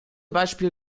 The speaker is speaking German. beispiel